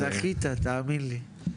זכית תאמין לי.